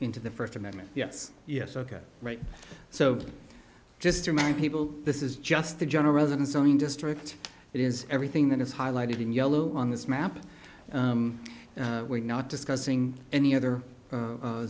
into the first amendment yes yes ok right so just remind people this is just the general residents own district it is everything that is highlighted in yellow on this map and we're not discussing any other